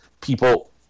people